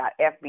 FBI